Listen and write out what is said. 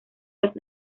las